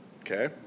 Okay